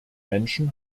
menschen